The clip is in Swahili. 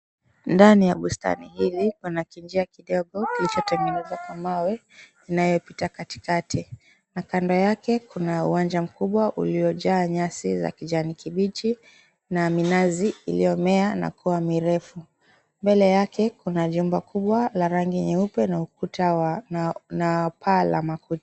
Ndani ya bustani hili kuna kinjiabkidogo kilichotengezwa na mawe inayopita katika na kando yake kuna uwanja mkubwa uliojaa nyasi za kijani kibichi na minazi iliyomea na kua mirefu mbele yake kuna jumba kubwa la rangi nyeupe na ukuta na paa la makuti.